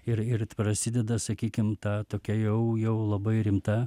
ir ir prasideda sakykim ta tokia jau jau labai rimta